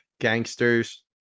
gangsters